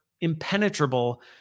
impenetrable